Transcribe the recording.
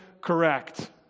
correct